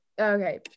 okay